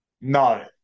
No